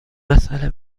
مسأله